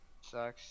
Sucks